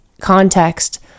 context